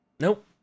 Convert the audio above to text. Nope